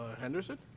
Henderson